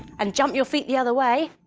and jump your feet the other way